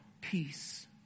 peace